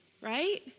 Right